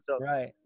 right